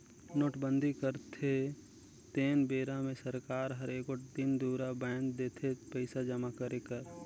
नोटबंदी करथे तेन बेरा मे सरकार हर एगोट दिन दुरा बांएध देथे पइसा जमा करे कर